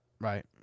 Right